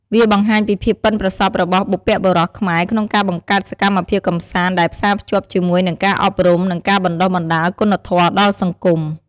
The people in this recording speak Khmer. វាបង្ហាញពីភាពប៉ិនប្រសប់របស់បុព្វបុរសខ្មែរក្នុងការបង្កើតសកម្មភាពកម្សាន្តដែលផ្សារភ្ជាប់ជាមួយនឹងការអប់រំ និងការបណ្ដុះបណ្ដាលគុណធម៌ដល់សង្គម។